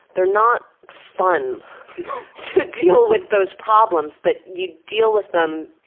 they're not fun to deal with those problems but you deal with them